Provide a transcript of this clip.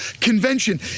Convention